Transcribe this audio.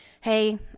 Hey